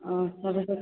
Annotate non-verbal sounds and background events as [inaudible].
आओर [unintelligible]